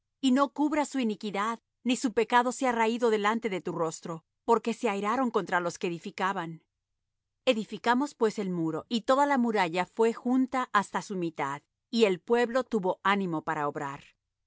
y no cubras su iniquidad ni su pecado sea raído delante de tu rostro porque se airaron contra los que edificaban edificamos pues el muro y toda la muralla fué junta hasta su mitad y el pueblo tuvo ánimo para obrar